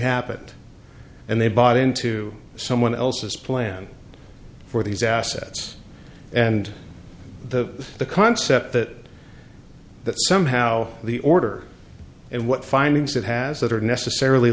happened and they bought into someone else's plan for these assets and the the concept that that somehow the order and what findings it has that are necessarily